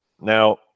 Now